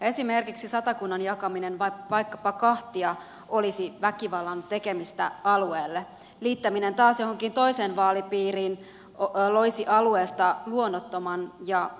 esimerkiksi satakunnan jakaminen vaikkapa kahtia olisi väkivallan tekemistä alueelle liittäminen johonkin toiseen vaalipiiriin taas loisi alueesta luonnottoman ja melko ison